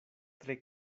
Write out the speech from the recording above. tre